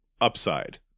upside